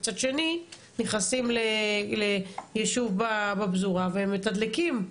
מצד שני נכנסים ליישוב בפזורה ומתדלקים,